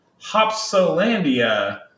Hopsolandia